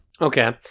Okay